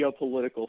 geopolitical